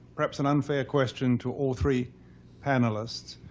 perhaps an unfair question to all three panelists.